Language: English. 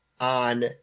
on